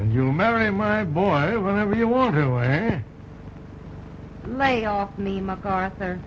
you marry my boy whenever you want to lay off me macarthur